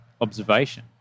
observation